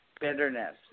bitterness